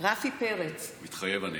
רפי פרץ, מתחייב אני